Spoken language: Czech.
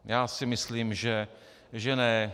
Já si myslím, že ne.